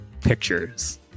Pictures